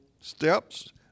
steps